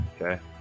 Okay